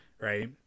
right